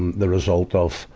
and the result of